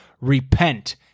repent